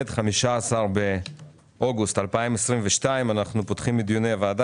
15 באוגוסט 2022. אנחנו פותחים את דיוני הוועדה,